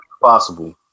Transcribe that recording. Possible